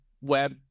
web